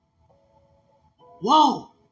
Whoa